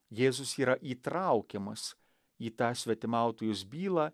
jėzus yra įtraukiamas į tą svetimautojos bylą